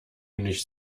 nicht